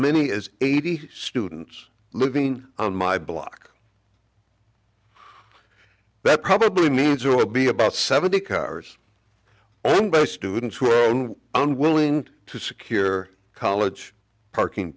many as eighty students living on my block that probably means there will be about seventy cars owned by students who are unwilling to secure college parking